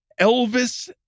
Elvis